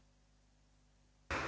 Hvala.